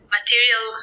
material